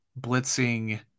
blitzing